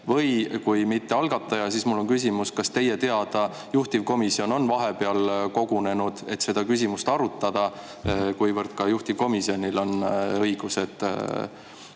Või kui algatajad mitte, siis mul on küsimus, kas teie teada on juhtivkomisjon vahepeal kogunenud, et seda küsimust arutada, kuivõrd ka juhtivkomisjonil on õigused,